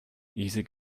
easy